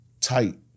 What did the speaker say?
tight